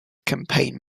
campaign